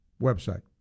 website